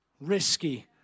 risky